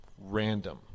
random